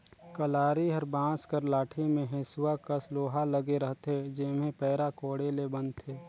कलारी हर बांस कर लाठी मे हेसुवा कस लोहा लगे रहथे जेम्हे पैरा कोड़े ले बनथे